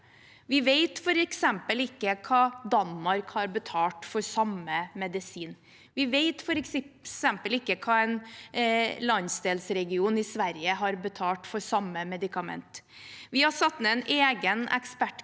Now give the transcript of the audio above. Vi vet f.eks. ikke hva Danmark har betalt for samme medisin, vi vet f.eks. ikke hva en landsdelsregion i Sverige har betalt for samme medikament. Vi har satt ned en egen ekspertgruppe